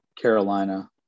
Carolina